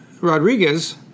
Rodriguez